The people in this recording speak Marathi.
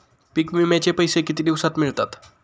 पीक विम्याचे पैसे किती दिवसात मिळतात?